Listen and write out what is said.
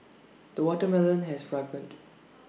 the watermelon has ripened